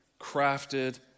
crafted